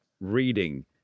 reading